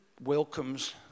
welcomes